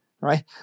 right